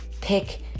pick